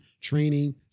training